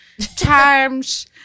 times